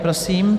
Prosím.